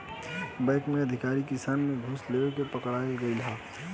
bank के अधिकारी किसान से घूस लेते पकड़ल गइल ह